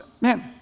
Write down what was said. man